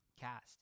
cast